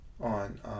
on